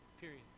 Period